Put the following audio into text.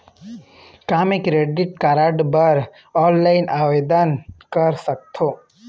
का मैं credit card बर ऑनलाइन आवेदन कर सकथों?